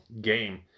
game